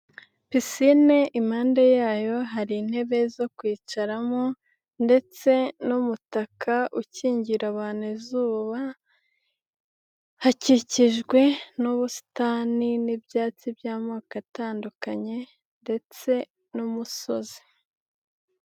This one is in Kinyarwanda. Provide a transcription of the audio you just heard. Pisine impande yayo hari intebe zo kwicaramo, ndetse n'umutaka ukingira abantu izuba. Hakikijwe n'ubusitani, n'ibyatsi by'amoko atandukanye, ndetse n'umusozi.